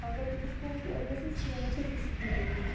اگر تٔمِس کُن تہِ آسہِ گَژھن سُہ چھُ نیران تٔتھی سِکوٗٹی پٮ۪ٹھ